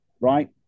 right